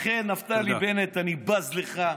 לכן, נפתלי בנט, אני בז לך,